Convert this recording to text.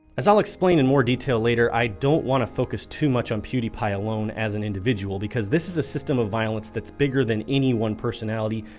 as i'll explain in more detail later, i don't want to focus too much on pewdiepie alone as an individual because this is a system of violence that's bigger than any one personality,